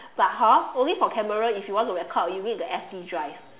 but hor only for camera if you want to record you need the S_D drive